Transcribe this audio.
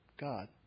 God